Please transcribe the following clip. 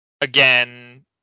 Again